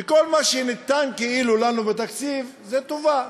וכל מה שניתן לנו בתקציב זה טובה.